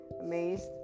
amazed